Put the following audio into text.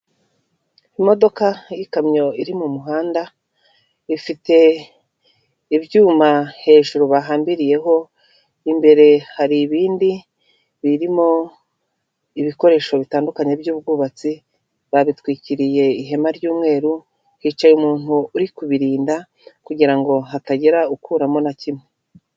Imodoka y'ikamyo iri mu muhanda, ifite ibyuma hejuru bahambiriyeho, imbere hari ibindi birimo ibikoresho bitandukanye by'ubwubatsi, babitwikiriye ihema ry'umweru, hicaye umuntu uri kubirinda kugira hatagira ukuramo na kimwe.